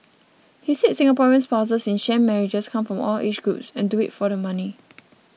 he said Singaporean spouses in sham marriages come from all age groups and do it for the money